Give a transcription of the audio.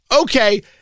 Okay